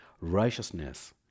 righteousness